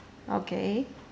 okay